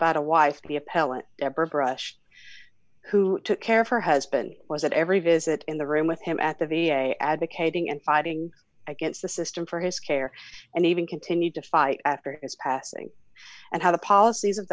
about a wife the appellant deborah brush who took care of her husband was at every visit in the room with him at the v a advocating and fighting against the system for his care and even continued to fight after his passing and how the policies of